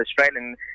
Australian